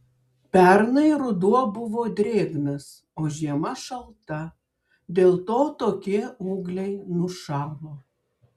pernai ruduo buvo drėgnas o žiema šalta dėl to tokie ūgliai nušalo